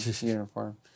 uniform